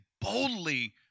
boldly